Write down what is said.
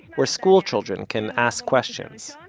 where school children can ask questions.